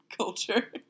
culture